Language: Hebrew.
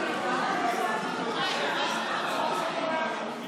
מכיוון שיצא מייל ממזכירות הכנסת,